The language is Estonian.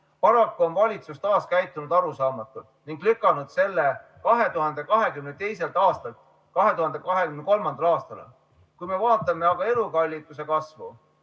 Paraku on valitsus taas käitunud arusaamatult ning lükanud selle 2022. aastalt 2023. aastale. Kui me vaatame elukalliduse kasvu,